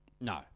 No